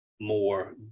more